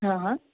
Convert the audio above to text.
હા